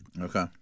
Okay